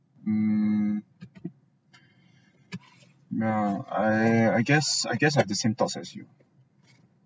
mm now I I guess I guess have the same thoughts as you